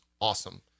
awesome